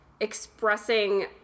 expressing